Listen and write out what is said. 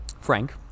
Frank